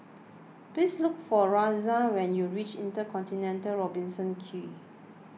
please look for Roxanne when you reach Intercontinental Robertson Quay